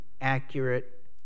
accurate